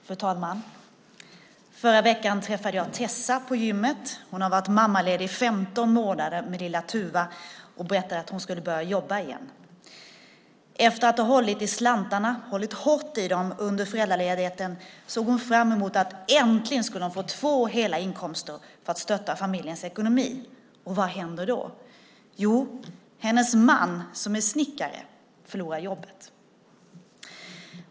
Fru talman! Förra veckan träffade jag Tessa på gymmet. Hon har varit mammaledig i 15 månader med lilla Tuva och berättade att hon skulle börja jobba igen. Efter att ha hållit hårt i slantarna under föräldraledigheten såg hon fram emot att hon äntligen skulle få två hela inkomster för att stötta familjens ekonomi. Och vad händer då? Jo, hennes man, som är snickare, förlorar jobbet.